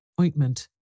ointment